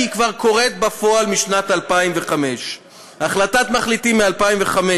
כי היא כבר קורית בפועל משנת 2005. החלטת מחליטים מ-2005,